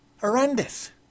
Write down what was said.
Horrendous